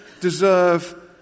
deserve